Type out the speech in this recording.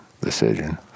decision